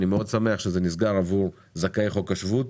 אני מאד שמח שזה נסגר עבור זכאי חוק השבות,